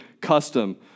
custom